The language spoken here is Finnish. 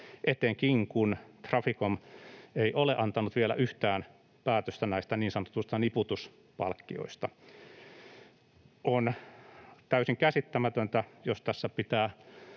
etenkin kun Traficom ei ole antanut vielä yhtään päätöstä näistä niin sanotuista niputuspalkkioista. On täysin käsittämätöntä, jos tässä pitää